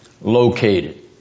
located